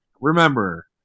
remember